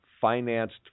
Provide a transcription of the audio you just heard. financed